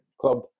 club